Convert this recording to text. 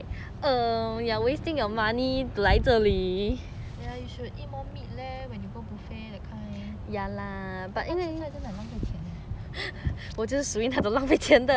ya you should eat more meat leh when you go buffet that kind 不然吃菜真的很浪费钱 leh